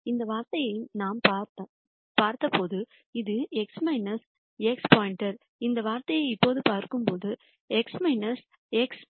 இந்த வார்த்தையை நாம் பார்த்தபோது இது x x இந்த வார்த்தையை இப்போது பார்க்கும்போது அது x x 2 ஆகும்